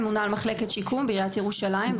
ממונה על מחלקת שיקום בעיריית ירושלים,